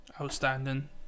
Outstanding